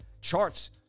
charts